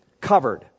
covered